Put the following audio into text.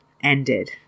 ended